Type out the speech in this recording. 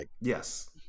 Yes